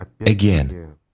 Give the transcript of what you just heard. Again